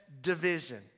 division